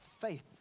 faith